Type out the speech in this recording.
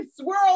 swirl